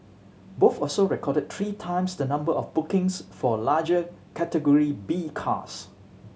both also recorded three times the number of bookings for larger Category B cars